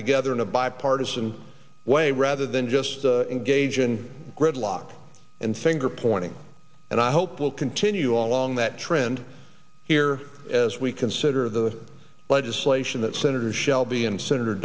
together in a bipartisan way rather than just engage in gridlock and finger pointing and i hope will continue all along that trend here as we consider the legislation that senator shelby and senator